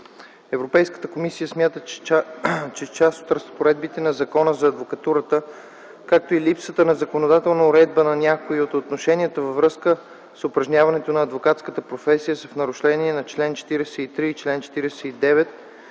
Европейската комисия смята, че част от разпоредбите на Закона за адвокатурата, както и липсата на законодателна уредба на някои от отношенията във връзка с упражняването на адвокатската професия са в нарушение на чл. 43 и чл. 49